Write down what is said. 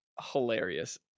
hilarious